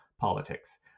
politics